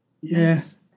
Yes